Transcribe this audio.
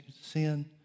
sin